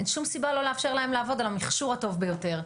אין שום סיבה לא לאפשר להם לעבוד על המכשור הטוב ביותר.